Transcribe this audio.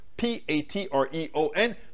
P-A-T-R-E-O-N